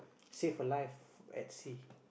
save a life at sea